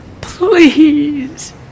please